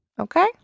Okay